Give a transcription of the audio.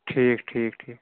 ٹھیٖک ٹھیٖک ٹھیٖک